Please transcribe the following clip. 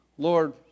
Lord